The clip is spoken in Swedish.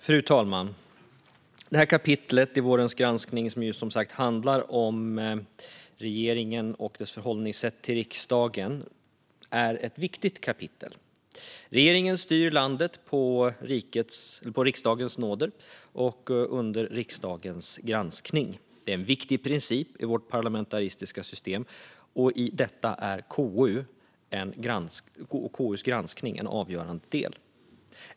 Fru talman! Detta kapitel i vårens granskning, som ju som sagt handlar om regeringen och dess förhållningssätt till riksdagen, är ett viktigt kapitel. Regeringen styr landet på riksdagens nåder och under riksdagens granskning. Detta är en viktig princip i vårt parlamentariska system, och i detta är KU:s granskning en avgörande del.